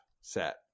set